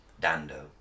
Dando